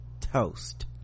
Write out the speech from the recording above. toast